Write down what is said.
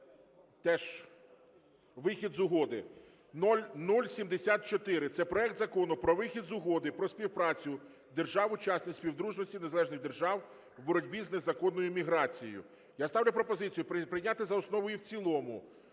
теж вихід з угоди, 0074. Це проект Закону про вихід з Угоди про співпрацю держав-учасниць Співдружності Незалежних Держав в боротьбі з незаконною міграцією. Я ставлю пропозицію прийняти за основу і в цілому